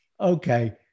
Okay